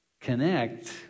connect